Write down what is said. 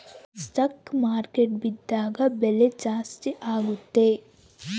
stock market ಬಿದ್ದಾಗ ಬೆಲೆ ಜಾಸ್ತಿ ಆಗುತ್ತೆ